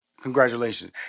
Congratulations